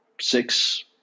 six